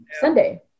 Sunday